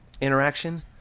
interaction